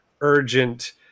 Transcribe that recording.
urgent